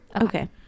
okay